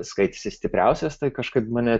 skaitėsi stipriausias tai kažkaip mane